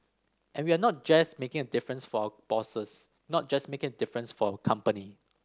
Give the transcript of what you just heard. and we are not just making a difference for our bosses not just making a difference for our company